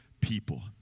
people